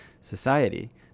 society